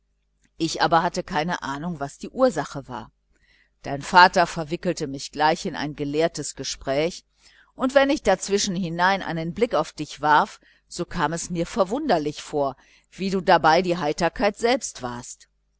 ich aber hatte keine ahnung was die ursache war dein vater verwickelte mich gleich in ein gelehrtes gespräch und wenn ich dazwischen hinein einen blick auf dich warf so kam es mir wunderlich vor daß du wie die heiterkeit selbst dabei warst